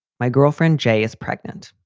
my girlfriend jay is pregnant.